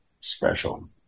special